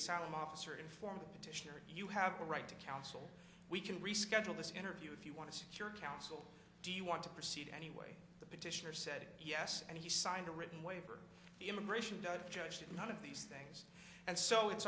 asylum officer informed the petitioner you have a right to counsel we can reschedule this interview if you want to secure counsel do you want to proceed anyway the petitioner said yes and he signed a written waiver the immigration judge judge that none of these things and so it's